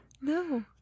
No